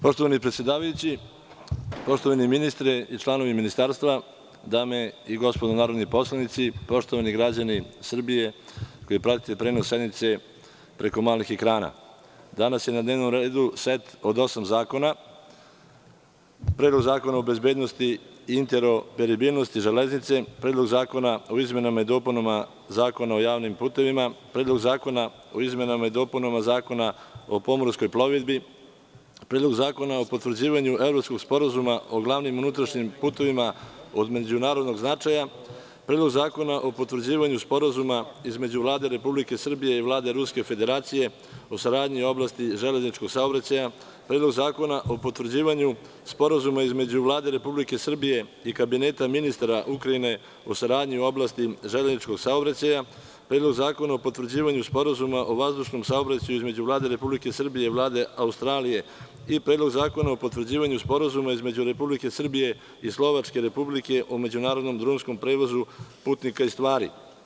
Poštovani predsedavajući, ministre, članovi ministarstva, dame i gospodo narodni poslanici, poštovani građani Srbije koji pratite prenos sednice preko malih ekrana, danas je na dnevnom redu set od osam zakona: Predlog zakona o bezbednosti i interoperabilnosti železnice; Predlog zakona o izmenama i dopunama Zakona o javnim putevima; Predlog zakona o izmenama i dopunama Zakona o pomorskoj plovidbi; Predlog zakona o potvrđivanju Evropskog sporazuma o glavnim unutrašnjim putevima od međunarodnog značaja; Predlog zakona o potvrđivanju Sporazuma između Vlade Republike Srbije i Vlade Ruske Federacije o saradnji u oblasti železničkog saobraćaja; Predlog zakona o potvrđivanju Sporazuma između Vlade Republike Srbije i Kabineta ministara Ukrajine o saradnji u oblasti železničkog saobraćaja; Predlog zakona o potvrđivanju Sporazuma o vazdušnom saobraćaju između Vlade Republike Srbije i Vlade Australije i Predlog zakona o potvrđivanju Sporazuma između Republike Srbije i Slovačke Republike o međunarodnom drumskom prevozu putnika i stvari.